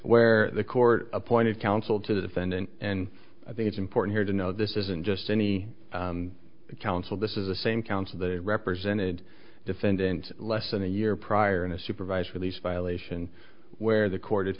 where the court appointed counsel to the defendant and i think it's important to know this isn't just any council this is the same counsel the represented defendant less than a year prior and a supervised release violation where the court